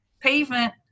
pavement